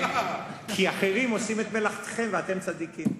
כי אחרים עושים את מלאכתכם ואתם צדיקים,